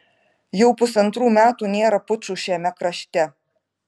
jau pusantrų metų nėra pučų šiame krašte